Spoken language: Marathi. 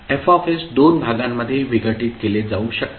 F दोन भागांमध्ये विघटित केले जाऊ शकतात